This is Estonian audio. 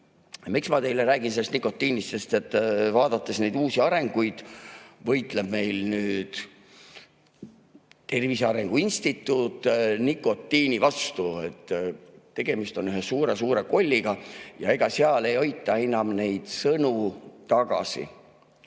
Miks ma teile räägin sellest nikotiinist? Vaadates neid uusi arenguid, võitleb Tervise Arengu Instituut nüüd nikotiini vastu. Tegemist on ühe suure‑suure kolliga ja ega seal ei hoita enam sõnu tagasi.